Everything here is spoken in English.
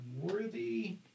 worthy